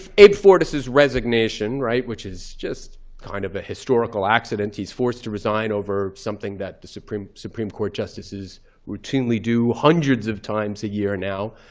abe fortas's resignation, right? which is just kind of a historical accident. he's forced to resign over something that the supreme supreme court justices routinely do hundreds of times a year now.